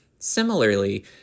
Similarly